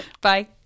Bye